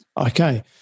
okay